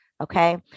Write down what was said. Okay